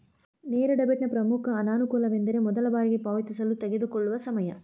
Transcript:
ನೇರ ಡೆಬಿಟ್ನ ಪ್ರಮುಖ ಅನಾನುಕೂಲವೆಂದರೆ ಮೊದಲ ಬಾರಿಗೆ ಪಾವತಿಸಲು ತೆಗೆದುಕೊಳ್ಳುವ ಸಮಯ